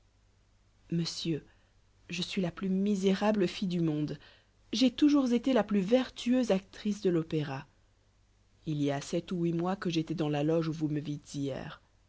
monsieur je suis la plus malheureuse fille du monde j'ai toujours été la plus vertueuse actrice de l'opéra il y a sept ou huit mois que j'étois dans la loge où vous me vîtes hier